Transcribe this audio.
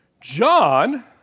John